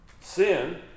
Sin